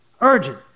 urgent